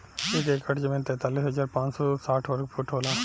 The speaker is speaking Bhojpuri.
एक एकड़ जमीन तैंतालीस हजार पांच सौ साठ वर्ग फुट होला